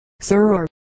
Sir